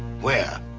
where?